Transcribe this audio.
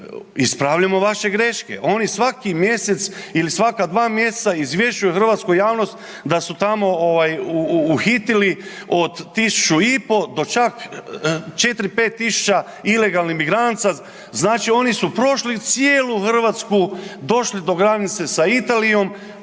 ispravljamo vaše greške. Oni svaki mjesec ili svaka dva mjeseca izvješćuju hrvatsku javnost da su tamo, ovaj, uhitili od tisuću i po’ do čak četiri-pet tisuća ilegalnih migranaca, znači oni su prošli cijelu Hrvatsku, došli do granice sa Italijom